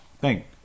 Thank